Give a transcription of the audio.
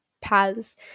paths